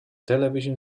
television